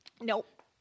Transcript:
Nope